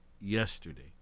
yesterday